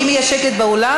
אם יהיה שקט באולם,